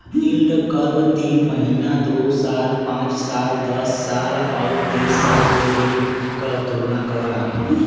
yield curve तीन महीना, दो साल, पांच साल, दस साल आउर तीस साल के ऋण क तुलना करला